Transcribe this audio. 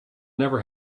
never